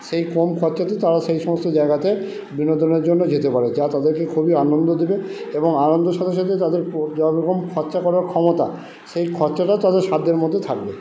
সেই কম খরচাতে তারা সেই সমস্ত জায়গাতে বিনোদনের জন্য যেতে পারে যা তাদেরকে খুবই আনন্দ দেবে এবং আনন্দের সাথে সাথে তাদের রকম খরচা করার ক্ষমতা সেই খরচাটা তাদের সাধ্যের মধ্যে থাকবে